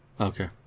Okay